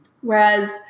Whereas